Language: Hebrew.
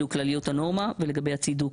כלליות הנורמה ולגבי הצידוק,